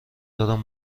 دارم